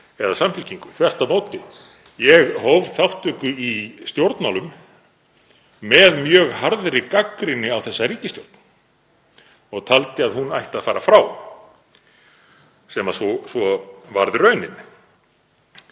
né Samfylkingu, þvert á móti. Ég hóf þátttöku í stjórnmálum með mjög harðri gagnrýni á þá ríkisstjórn og taldi að hún ætti að fara frá, sem varð svo raunin.